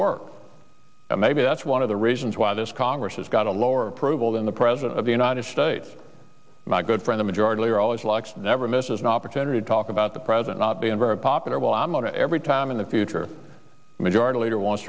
work and maybe that's one of the reasons why this congress has got a lower approval than the president of the united states my good friend a majority leader always likes to never misses an opportunity to talk about the president not being very popular well amona every time in the future the majority leader wants